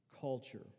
culture